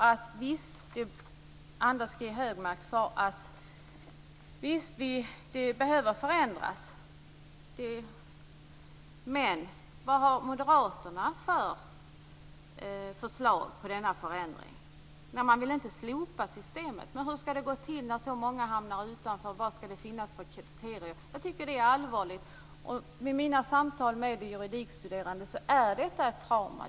Anders G Högmark sade att det behövs förändringar. Vad har moderaterna för förslag till förändringar? Man vill inte slopa systemet. Men hur skall det gå till när så många hamnar utanför? Vad skall det finnas för kriterium? Jag tycker att det är allvarligt. I mina samtal med juridikstuderande är detta ett trauma.